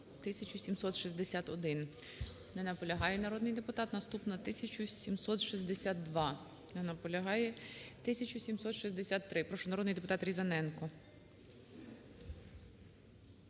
1761. Не наполягає народний депутат. Наступна - 1762. Не наполягає. 1763. Прошу, народний депутат Різаненко.